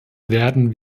werden